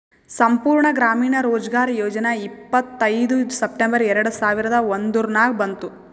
ಸಂಪೂರ್ಣ ಗ್ರಾಮೀಣ ರೋಜ್ಗಾರ್ ಯೋಜನಾ ಇಪ್ಪತ್ಐಯ್ದ ಸೆಪ್ಟೆಂಬರ್ ಎರೆಡ ಸಾವಿರದ ಒಂದುರ್ನಾಗ ಬಂತು